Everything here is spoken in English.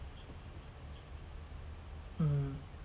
mm